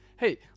Hey